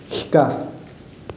শিকা